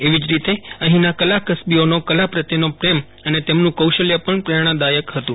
એવી જ રીતે અફીંના કલા કસબીઓનો કલા પ્રત્યેનો પ્રેમ અને તેમનું કૌશલ્ય પણ પ્રેરણાદાયક હતું